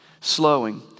Slowing